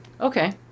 Okay